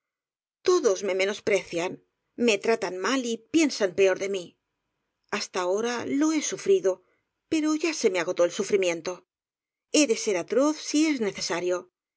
todos me menosprecian me tratan mal y piensan peor de mí hasta ahora lo he sufrido pero ya se me agotó el sufrimiento he de ser atroz si es necesario